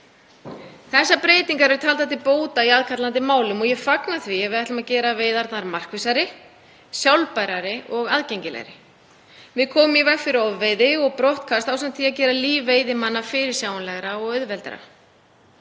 Þessar breytingar eru taldar til bóta í aðkallandi málum og ég fagna því að við ætlum að gera veiðarnar markvissari, sjálfbærari og aðgengilegri. Við komum í veg fyrir ofveiði og brottkast ásamt því að gera líf veiðimanna fyrirsjáanlegra og auðveldara.